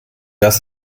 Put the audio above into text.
das